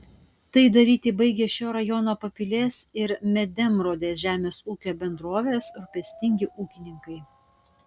tai daryti baigia šio rajono papilės ir medemrodės žemės ūkio bendrovės rūpestingi ūkininkai